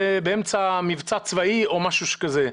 באמצע מבצע צבאי או משהו כזה.